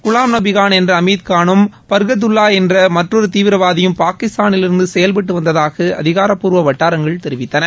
குலாம்நபிகான் என்ற அமீத்கானும் பர்கத்துல்லா என்ற மற்றொரு தீவிரவாதியும் பாகிஸ்தானிலிருந்து செயல்டட்டு வந்ததாக அதிகாரப்பூர்வ வட்டாரங்கள் தெரிவித்தன